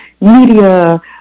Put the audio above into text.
media